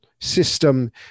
system